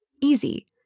Easy